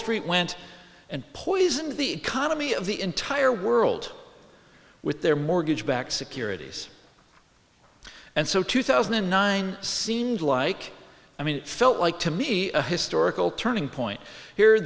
street went and poisoned the economy of the entire world with their mortgage backed securities and so two thousand and nine seemed like i mean it felt like to me a historical turning point here